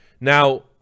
now